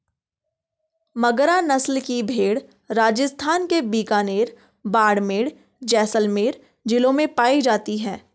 मगरा नस्ल की भेंड़ राजस्थान के बीकानेर, बाड़मेर, जैसलमेर जिलों में पाई जाती हैं